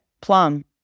Plum